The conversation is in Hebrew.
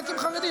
רק עם חרדים,